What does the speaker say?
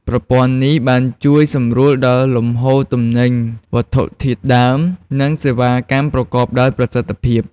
ប្រព័ន្ធនេះបានជួយសម្រួលដល់លំហូរទំនិញ វត្ថុធាតុដើម និងសេវាកម្មប្រកបដោយប្រសិទ្ធភាព។